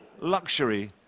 Luxury